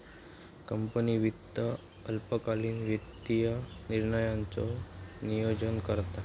company वित्त अल्पकालीन वित्तीय निर्णयांचा नोयोजन करता